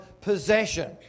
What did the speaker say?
possession